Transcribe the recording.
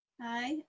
Hi